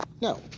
no